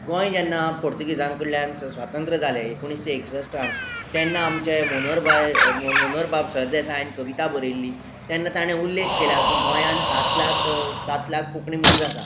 गोंय जेन्ना पोर्तुगिजां कडल्यान स्वातंत्र जालें एकुणशें एकसश्टान तेन्ना आमचे मनोहरभाय मनोहरबाब सरदेसाय कविता बरयल्ली तेन्ना ताणें उल्लेख केला की गोंयांत सात लाखक सात लाख कोंकणी मनीस आसा